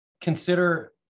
consider